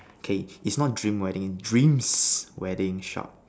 okay it's one dream wedding dreams wedding shop